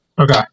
Okay